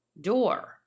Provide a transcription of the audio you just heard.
door